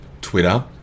Twitter